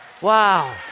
Wow